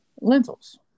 lentils